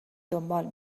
دنبال